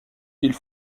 ils